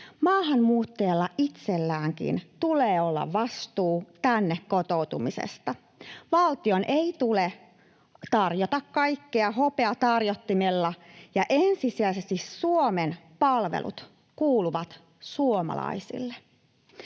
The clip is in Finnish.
Maahanmuuttajalla itselläänkin tulee olla vastuu tänne kotoutumisesta. Valtion ei tule tarjota kaikkea hopeatarjottimella, ja ensisijaisesti Suomen palvelut kuuluvat suomalaisille.